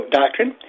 doctrine